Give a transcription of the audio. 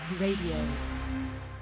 radio